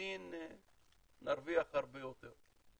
וסין תרוויח הרבה יותר.